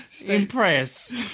Impress